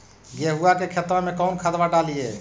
गेहुआ के खेतवा में कौन खदबा डालिए?